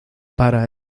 para